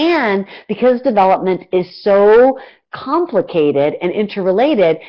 and, because development is so complicated and interrelated,